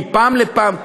מפעם לפעם,